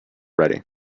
ready